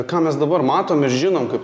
ką mes dabar matom ir žinom kaip